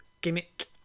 gimmick